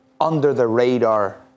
under-the-radar